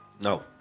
No